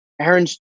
Aaron's